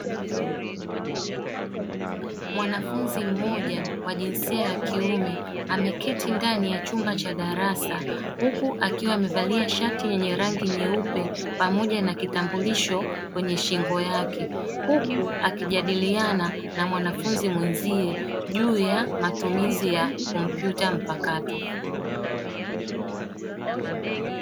Mwanafunzi mmoja wa jinsi ya kiume ameketi ndani ya chumba cha darasa huku akiwa amevalia shati yenye rangi nyeupe pamoja na kitambulisho kwenye shingo yake huku akijadiliana na mwanafunzi mwenzie juu ya matumizi ya kompyuta mpakato.